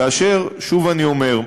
כאשר, שוב אני אומר,